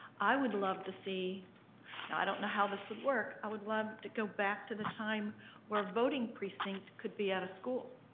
i would love to see, now i don't know how this work, i would love to go back to the time where voting precinct could be at a school.